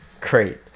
great